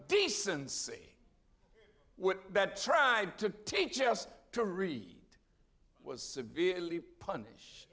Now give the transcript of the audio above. decency that tried to teach us to read was severely punished